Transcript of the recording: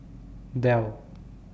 Dell